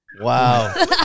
Wow